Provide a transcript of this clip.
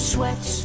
Sweats